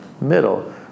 middle